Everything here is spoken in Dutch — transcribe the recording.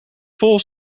vol